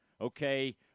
Okay